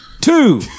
two